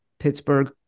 Pittsburgh